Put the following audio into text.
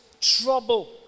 trouble